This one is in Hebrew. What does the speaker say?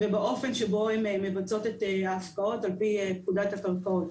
ובאופן שבו הן מבצעות את ההפקעות על פי פקודת הקרקעות.